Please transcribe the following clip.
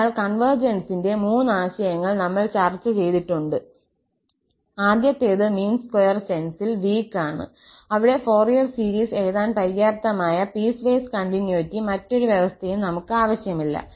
അതിനാൽ കോൺവെർജൻസിന്റെ മൂന്ന് ആശയങ്ങൾ നമ്മൾ ചർച്ച ചെയ്തിട്ടുണ്ട് ആദ്യത്തേത് മീൻ സ്ക്വയർ സെൻസിൽ വീക്ക് ആണ് അവിടെ ഫോറിയർ സീരീസ് എഴുതാൻ പര്യാപ്തമായ പീസ്വൈസ് കണ്ടിന്യൂറ്റി മറ്റൊരു വ്യവസ്ഥയും നമുക്ക് ആവശ്യമില്ല